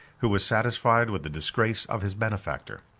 who was satisfied with the disgrace of his benefactor.